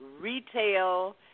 retail